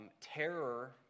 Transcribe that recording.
Terror